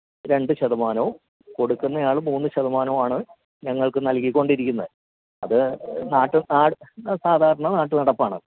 രണ്ട് ശതമാനവും കൊടുക്കുന്ന ആൾ മൂന്ന് ശതമാനവുമാണ് ഞങ്ങൾക്ക് നൽകി കൊണ്ടിരിക്കുന്നത് അത് നാട്ട് നാട് സാധാരണ നാട്ടുനടപ്പാണ്